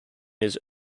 his